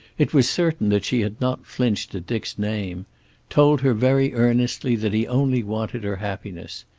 it was certain that she had not flinched at dick's name told her very earnestly that he only wanted her happiness.